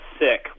sick